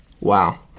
Wow